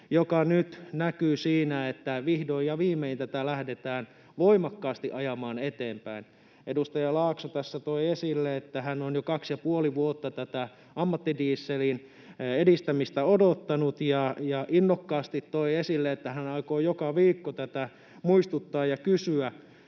joka nyt näkyy siinä, että vihdoin ja viimein tätä lähdetään voimakkaasti ajamaan eteenpäin. Edustaja Laakso tässä toi esille, että hän on jo kaksi ja puoli vuotta tätä ammattidieselin edistämistä odottanut, ja innokkaasti toi esille, että hän aikoo joka viikko tästä muistuttaa ja kysyä.